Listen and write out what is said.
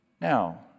Now